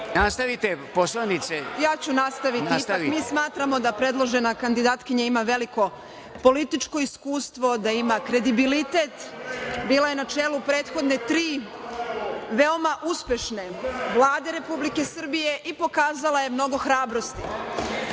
Aleksić** Ja ću nastaviti. Mi smatramo da predložena kandidatkinja ima veliko političko iskustvo, da ima kredibilitet. Bila je na čelu prethodne tri veoma uspešne Vlade Republike Srbije i pokazala je mnogo hrabrosti,